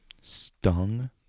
Stung